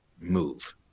move